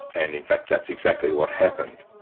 and in fact that's exactly what happened.